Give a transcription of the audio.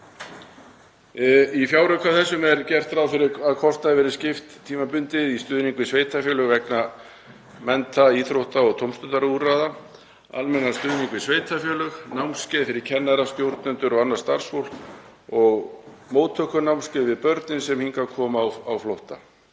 Í fjárauka þessum er gert ráð fyrir að kostnaði verði skipt tímabundið í stuðning við sveitarfélög vegna mennta-, íþrótta- og tómstundaúrræða, almennan stuðning við sveitarfélög, námskeið fyrir kennara, stjórnendur og annað starfsfólk og móttökunámskeið fyrir börn sem hingað koma á flótta.